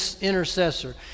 intercessor